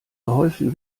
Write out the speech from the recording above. geholfen